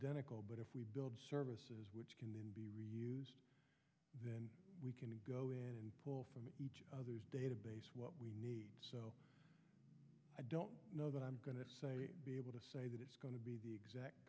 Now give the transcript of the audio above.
identical but if we build services which can then be reviews then we can go in and pull from each other's database what we need so i don't know that i'm going to be able to say that it's going to be the exact